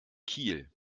kiel